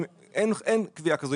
אין קביעה כזו,